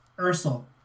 Ursel